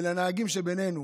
ולנהגים שבינינו,